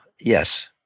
Yes